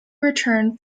returned